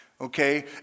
okay